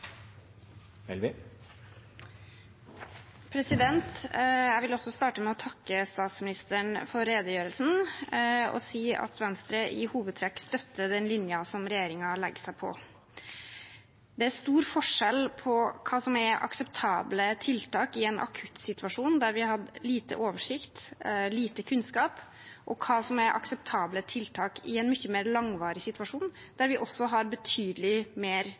Jeg vil også starte med å takke statsministeren for redegjørelsen og si at Venstre i hovedtrekk støtter den linjen regjeringen legger seg på. Det er stor forskjell på hva som var akseptable tiltak i en akuttsituasjon der vi hadde lite oversikt og lite kunnskap, og hva som er akseptable tiltak i en mye mer langvarig situasjon der vi også har betydelig mer